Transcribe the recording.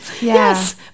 Yes